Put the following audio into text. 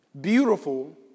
Beautiful